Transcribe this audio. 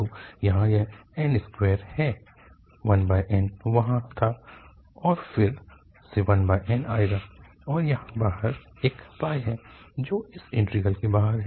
तो यहाँ यह n2 है 1n वहाँ था और फिर से 1n आएगा और यहाँ बाहर एक है जो इस इंटीग्रल के बाहर है